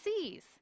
seas